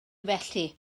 felly